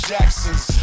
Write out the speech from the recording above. Jackson's